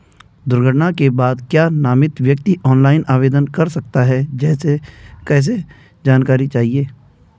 दुर्घटना के बाद क्या नामित व्यक्ति ऑनलाइन आवेदन कर सकता है कैसे जानकारी चाहिए?